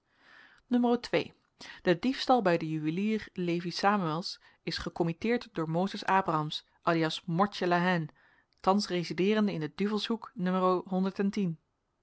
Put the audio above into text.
n de diefstal bij den juwelier levi samuëlz is gecommitteerd door mozes abramsz alias mortje la hayne thans resideerende in den duvelshoek n